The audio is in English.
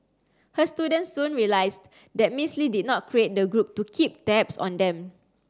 her students soon realized that Miss Lee did not create the group to keep tabs on them